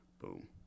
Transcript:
Boom